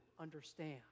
understand